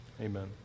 Amen